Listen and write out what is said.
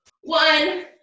one